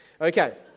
Okay